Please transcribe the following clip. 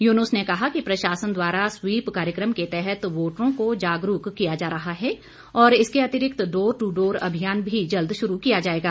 यूनुस ने कहा कि प्रशासन द्वारा स्वीप कार्यक्रम के तहत वोटरों को जागरूक किया जा रहा है और इसके अतिरिक्त डोर टू डोर अभियान भी जल्द शुरू किया जाएगा